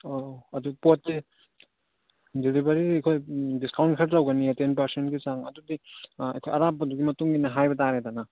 ꯑꯣ ꯑꯗꯨ ꯄꯣꯠꯁꯦ ꯗꯦꯂꯤꯚꯔꯤ ꯑꯩꯈꯣꯏ ꯗꯤꯁꯀꯥꯎꯟ ꯈꯔ ꯇꯧꯒꯅꯤ ꯇꯦꯟ ꯄꯥꯔꯁꯦꯟꯒꯤ ꯆꯥꯡ ꯑꯗꯨꯗꯤ ꯑꯩꯈꯣꯏ ꯑꯔꯥꯞꯄꯗꯨꯒꯤ ꯃꯇꯨꯡꯏꯟꯅ ꯍꯥꯏꯕꯇꯥꯔꯦꯗꯅ